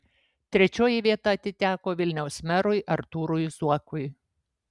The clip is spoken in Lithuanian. trečioji vieta atiteko vilniaus merui artūrui zuokui